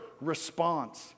response